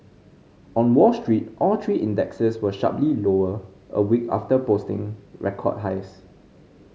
on Wall Street all three indexes were sharply lower a week after posting record highs